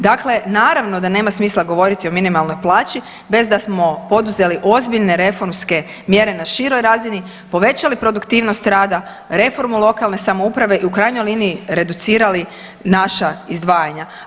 Dakle, naravno da nema smisla govoriti o minimalnoj plaći bez da smo poduzeli ozbiljne reformske mjere na široj razini, povećali produktivnost rada, reformu lokalne samouprave i u krajnjoj liniji reducirali naša izdvajanja.